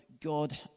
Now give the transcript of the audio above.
God